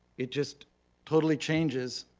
it just totally changes